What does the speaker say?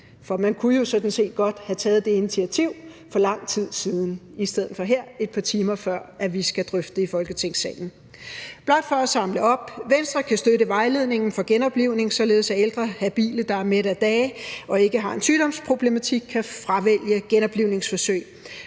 For man kunne jo sådan set godt have taget det initiativ for lang tid siden i stedet for her et par timer før, vi skal drøfte det i Folketingssalen. Blot for at samle op: Venstre kan støtte vejledningen for genoplivning, således at ældre habile, der er mæt af dage, og som ikke har en sygdomsproblematik, kan fravælge genoplivningsforsøg.